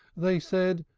they said,